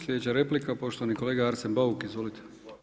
Slijedeća replika poštovani kolega Arsen Bauk, izvolite.